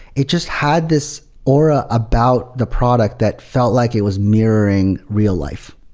it just had this aura about the product that felt like it was mirroring real life,